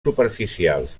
superficials